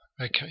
Okay